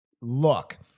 Look